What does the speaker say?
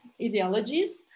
ideologies